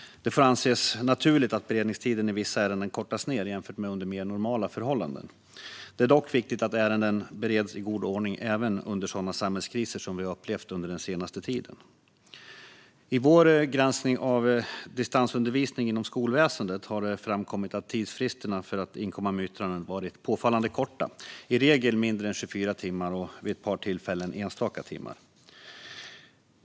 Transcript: Det får anses naturligt att beredningstiden i vissa ärenden kortats ned jämfört med under mer normala förhållanden. Det är dock viktigt att ärenden bereds i god ordning även under sådana samhällskriser som vi har upplevt under den senaste tiden. I utskottets granskning av distansundervisningen inom skolväsendet har det framkommit att tidsfristerna för att inkomma med yttranden har varit påfallande korta, i regel mindre än 24 timmar och vid ett par tillfällen enstaka timmar.